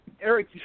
Eric